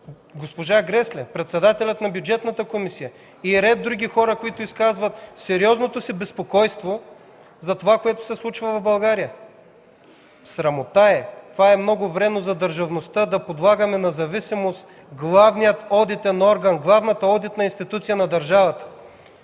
госпожа Гресле, председател на Бюджетната комисия, ред други хора изказват сериозното си безпокойство за това, което се случва в България. Срамота е! Това е много вредно за държавността – да подлагаме на зависимост главния одитен орган, главната одитна институция на държавата.